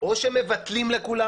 או מבטלים לכולם